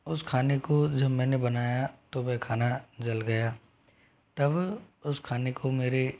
उस खाने को जब मैंने बनाया तो वह खाना जल गया तब उस खाने को मेरे